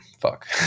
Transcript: fuck